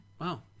Wow